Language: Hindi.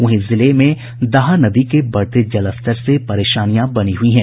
वहीं जिले में दाहा नदी के बढ़ते जलस्तर से परेशानियां बनी हुई हैं